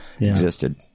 existed